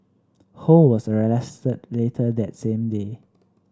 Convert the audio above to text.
Ho was arrested later that same day